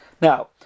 Now